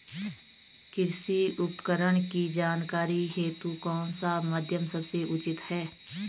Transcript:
कृषि उपकरण की जानकारी हेतु कौन सा माध्यम सबसे उचित है?